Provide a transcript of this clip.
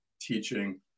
teaching